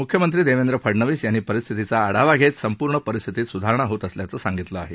मुख्यमंत्री देवेंद्र फडनवीस यांनी परिस्थितीचा आढावा घेत संपूर्ण परिस्थितीत सुधारणा होत असल्याचं सांगितलं आहे